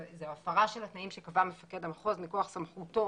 זאת הפרה של התנאים שקבע מפקד המחוז מכוח סמכותו